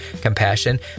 compassion